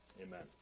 amen